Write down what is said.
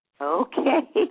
Okay